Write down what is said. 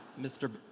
Mr